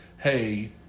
Hey